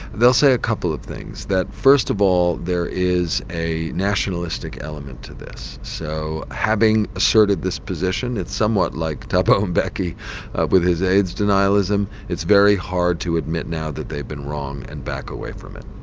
they'll say a couple of things, that first of all there is a nationalistic element to this. so having asserted this position, it's somewhat like thabo mbeki with his aids denialism, it's very hard to admit now that they've been wrong and back away from it.